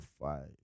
five